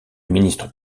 ministre